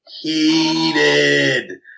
Heated